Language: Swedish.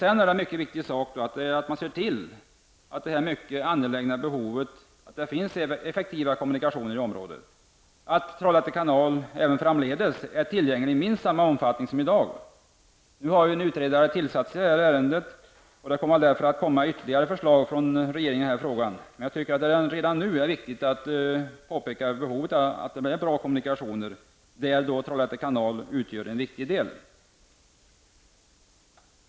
En mycket viktig sak är att man ser till det mycket angelägna behovet av effektiva kommunikationer. Trollhätte kanal bör även framdeles vara tillgänglig i minst samma omfattning som i dag. En utredare har nu tillsatts i ärendet. Det kommer väl därför ytterligare förslag från regeringen i denna fråga. Men jag tycker att det redan nu är viktigt att påpeka behovet av bra kommunikationer, där Trollhätte kanal utgör en viktig del.